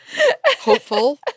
hopeful